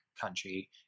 country